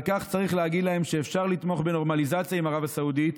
על כך צריך להגיד להם שאפשר לתמוך בנורמליזציה עם ערב הסעודית